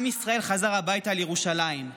עם ישראל חזר הביתה לירושלים.